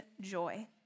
joy